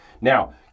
Now